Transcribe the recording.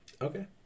Okay